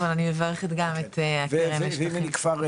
אבל אני מברכת גם את הקרן לשטחים פתוחים.